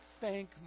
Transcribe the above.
thank